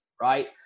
right